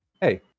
Hey